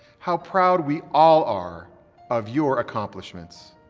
how proud we all are of your accomplishments.